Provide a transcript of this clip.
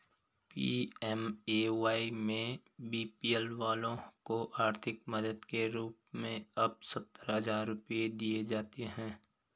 PMAY में BPL वालों को आर्थिक मदद के रूप में अब सत्तर हजार रुपये दिए जाते हैं